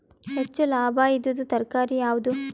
ಹೆಚ್ಚು ಲಾಭಾಯಿದುದು ತರಕಾರಿ ಯಾವಾದು?